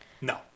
No